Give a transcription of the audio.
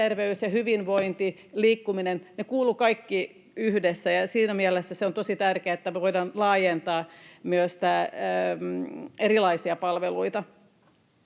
Mielenterveys, hyvinvointi ja liikkuminen kuuluvat kaikki yhteen, ja siinä mielessä on tosi tärkeää, että me voimme laajentaa myös erilaisia palveluita.